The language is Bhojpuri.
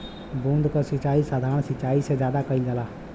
बूंद क सिचाई साधारण सिचाई से ज्यादा कईल जाला